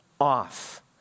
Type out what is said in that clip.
off